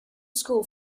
school